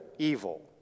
Evil